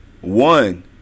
one